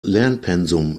lernpensum